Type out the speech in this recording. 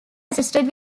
assisted